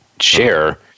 share